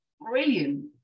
brilliant